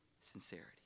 Sincerity